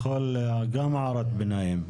גם הערת ביניים.